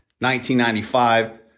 1995